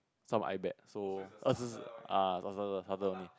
some iBet so told me